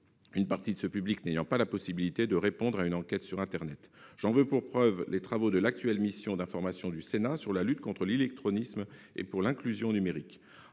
une partie de ce public n'ayant pas la possibilité de répondre à une enquête sur internet. J'en veux pour preuve les travaux de l'actuelle mission d'information du Sénat sur la lutte contre l'illectronisme et pour l'inclusion numérique.